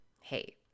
hey